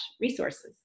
resources